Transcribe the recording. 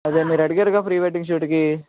అదే మీరడిగారుగా pre wedding షూట్కి